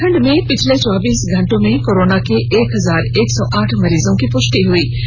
झारखंड में पिछले चौबीस घंटे में कोरोना के एक हजार एक सौ आठ मरीजों की पृष्टि हई